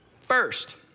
first